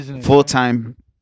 full-time